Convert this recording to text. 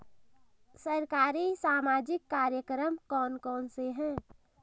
सरकारी सामाजिक कार्यक्रम कौन कौन से हैं?